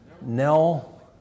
Nell